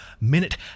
Minute